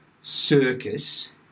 circus